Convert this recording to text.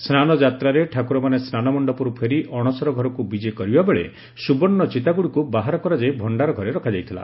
ସ୍ନାନ ଯାତ୍ରାରେ ଠାକୁରମାନେ ସ୍ନାନ ମଣ୍ଡପରୁ ଫେରି ଅଣସରଘରକୁ ବିଜେ କରିବା ବେଳେ ସ୍ବବର୍ଷ ଚିତାଗୁଡ଼ିକୁ ବାହାର କରାଯାଇ ଭଣ୍ତାର ଘରେ ରଖାଯାଇଥିଲା